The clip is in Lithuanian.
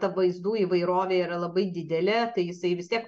ta vaizdų įvairovė yra labai didelė tai jisai vis tiek